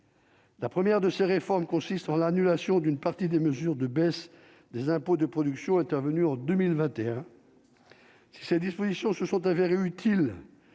La première de ces réformes consistent en l'annulation d'une partie des mesures de baisse des impôts de production intervenue en 2021 ces dispositions se sont avérés utiles